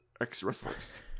ex-wrestlers